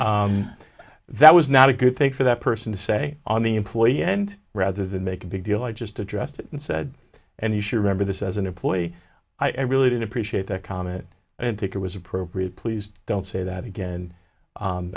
that was not a good thing for that person to say on the employee end rather than make a big deal i just addressed it and said and you should remember this as an employee i really did appreciate that comment and think it was appropriate please don't say that again